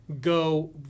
go